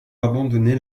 abandonné